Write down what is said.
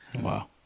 Wow